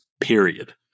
period